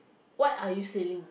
what are you selling